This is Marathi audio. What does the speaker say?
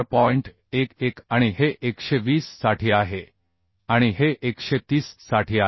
11 आणि हे 120 साठी आहे आणि हे 130 साठी आहे